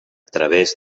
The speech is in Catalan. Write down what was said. través